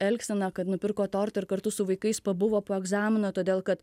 elgsena kad nupirko tortą ir kartu su vaikais pabuvo po egzamino todėl kad